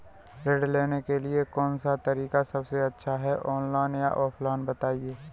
ऋण लेने के लिए कौन सा तरीका सबसे अच्छा है ऑनलाइन या ऑफलाइन बताएँ?